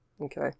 Okay